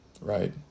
right